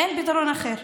אין פתרון אחר.